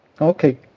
Okay